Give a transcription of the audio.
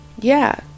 Yeah